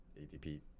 ATP